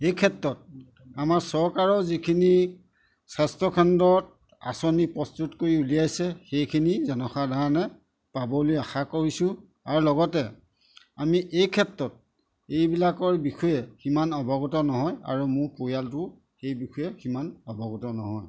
এই ক্ষেত্ৰত আমাৰ চৰকাৰৰ যিখিনি স্বাস্থ্যকেন্দ্ৰত আঁচনি প্ৰস্তুত কৰি উলিয়াইছে সেইখিনি জনসাধাৰণে পাবলৈ আশা কৰিছোঁ আৰু লগতে আমি এই ক্ষেত্ৰত এইবিলাকৰ বিষয়ে সিমান অৱগত নহয় আৰু মোৰ পৰিয়ালটো সেই বিষয়ে সিমান অৱগত নহয়